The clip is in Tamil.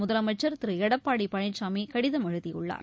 முதலமைச்சர் திரு எடப்பாடி பழனிசாமி கடிதம் எழுதியுள்ளார்